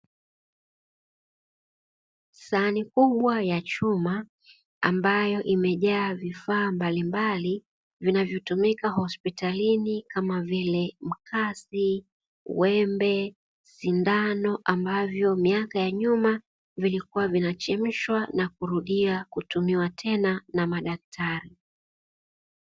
Sahani kubwa ya chuma ambayo imejaa vifaa mbalimbali vinavyotumika hospitalini kama vile mkasi, wembe, sindano ambavyo miaka ya nyuma vilikuwa vinachemshwa na kurudiwa kutumiwa tena na madaktari.